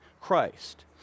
Christ